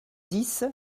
dix